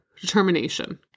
determination